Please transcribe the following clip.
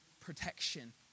protection